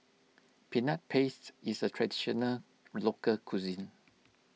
Peanut Paste is a Traditional Local Cuisine